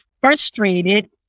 frustrated